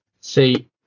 See